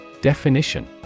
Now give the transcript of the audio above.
Definition